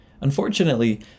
Unfortunately